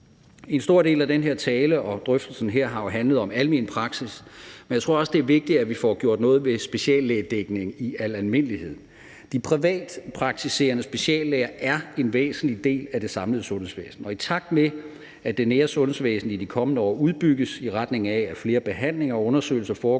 En stor del af den her tale og drøftelsen her har jo handlet om almen praksis, men jeg tror også, det er vigtigt, at vi får gjort noget ved speciallægedækning i al almindelighed. De privatpraktiserende speciallæger er en væsentlig del af det samlede sundhedsvæsen, og i takt med at det nære sundhedsvæsen i de kommende år udbygges, i retning af at flere behandlinger og undersøgelser foregår